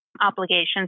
obligations